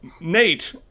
Nate